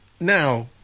now